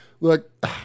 Look